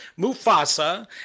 Mufasa